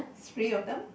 three of them